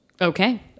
okay